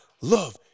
love